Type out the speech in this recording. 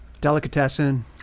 Delicatessen